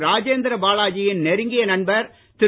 ராஜேந்திர பாலாஜியின் நெருங்கிய நண்பர் திரு